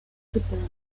supremo